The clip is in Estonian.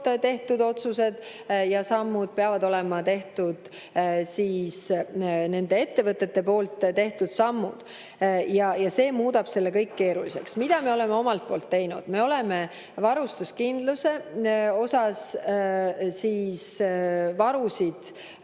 tehtud otsused ja sammud, peavad olema nende ettevõtete poolt tehtud sammud. See muudab selle kõik keeruliseks. Mida me oleme omalt poolt teinud? Me oleme varustuskindluse [tagamiseks] varusid